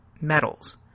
metals